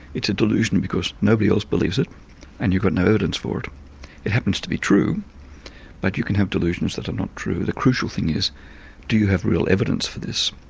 it's a delusion because nobody else believes it and you've got no evidence for it. it happens to be true but you can have delusions that are true, the crucial thing is do you have real evidence for this?